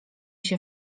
się